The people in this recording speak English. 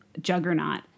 juggernaut